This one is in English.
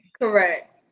Correct